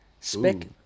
Spec